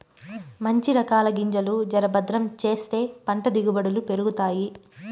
మంచి రకాల గింజలు జర భద్రం చేస్తే పంట దిగుబడులు పెరుగుతాయి